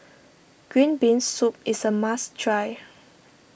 Green Bean Soup is a must try